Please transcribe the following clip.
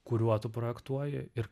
kuriuo tu projektuoji ir